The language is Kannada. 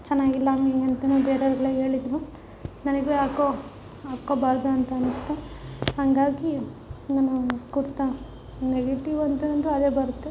ಚೆನ್ನಾಗಿಲ್ಲ ಹಂಗಿಂಗೆ ಅಂತನೆ ಬೇರೆಯವರೆಲ್ಲ ಹೇಳಿದ್ರು ನನಗೆ ಯಾಕೋ ಹಾಕ್ಕೋಬಾರ್ದು ಅಂತ ಅನಿಸ್ತು ಹಾಗಾಗಿ ನಾನು ಕುರ್ತಾ ನೆಗೆಟಿವ್ ಅಂತಂದರೆ ಅದೇ ಬರುತ್ತೆ